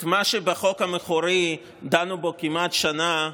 את מה שבחוק המקורי דנו בו כמעט שנה,